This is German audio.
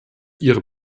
ihre